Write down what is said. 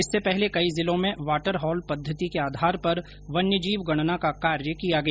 इससे पहले कई जिलों में वाटर हॉल पद्वति के आधार पर वन्यजीव गणना का कार्य किया गया